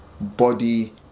body